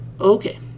Okay